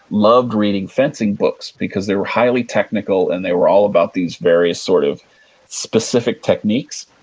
loved reading fencing books because they were highly technical and they were all about these various sort of specific techniques.